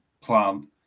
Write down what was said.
plan